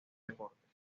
deportes